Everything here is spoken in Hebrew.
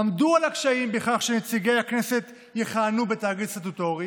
עמדו על הקשיים בכך שנציגי הכנסת יכהנו בתאגיד סטטוטורי